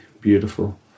beautiful